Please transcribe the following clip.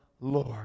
Lord